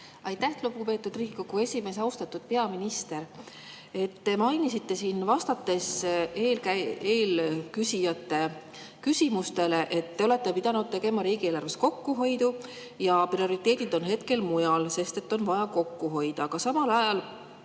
Aitäh, lugupeetud Riigikogu esimees! Austatud peaminister! Te mainisite siin, vastates eelküsijate küsimustele, et te olete pidanud tegema riigieelarves kokkuhoidu ja prioriteedid on hetkel mujal, sest on vaja kokku hoida. Aga samal ajal